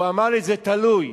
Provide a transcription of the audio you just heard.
הוא אמר לי: זה תלוי.